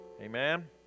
Amen